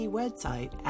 website